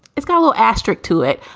it's got a little asterisk to it.